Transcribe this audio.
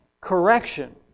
correction